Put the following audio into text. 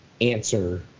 answer